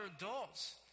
adults